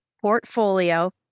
portfolio